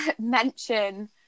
mention